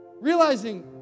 Realizing